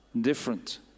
different